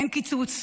אין קיצוץ,